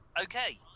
Okay